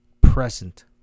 present